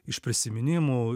iš prisiminimų